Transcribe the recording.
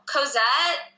Cosette